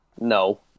no